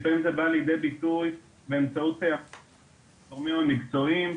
לפעמים זה בא לידי ביטוי באמצעות הגורמים המקצועיים,